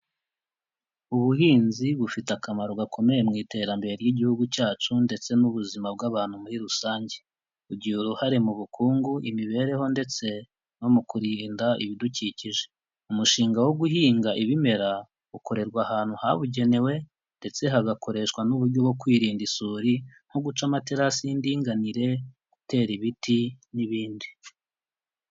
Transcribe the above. Ubuhinzi bufite akamaro gakomeye mu iterambere ry'igihugu cyacu ndetse n'ubuzima bw'abantu muri rusange. Bugira uruhare mu bukungu, imibereho ndetse no mu kurinda ibidukikije. Umushinga wo guhinga ibimera ukorerwa ahantu habugenewe ndetse hagakoreshwa n'uburyo bwo kwirinda isuri nko guca amaterasi y'indinganire, gutera ibiti n'ibindi.